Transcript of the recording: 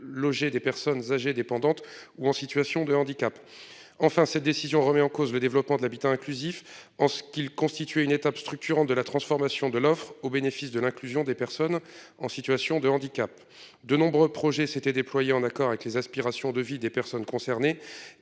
loger des personnes âgées dépendantes ou en situation de handicap. Enfin cette décision remet en cause le développement de l'habitat inclusif en ce qu'ils constituaient une étape structurant de la transformation de l'offre au bénéfice de l'inclusion des personnes en situation de handicap. De nombreux projets s'étaient déployés en accord avec les aspirations de vie des personnes concernées